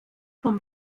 vom